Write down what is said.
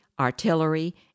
artillery